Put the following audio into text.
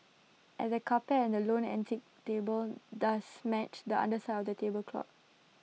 and the carpet and the lone antique table does match the underside of the tablecloth